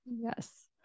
Yes